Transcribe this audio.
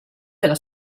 della